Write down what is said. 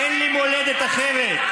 אין לי מולדת אחרת.